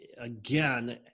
again